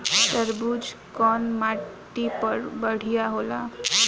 तरबूज कउन माटी पर बढ़ीया होला?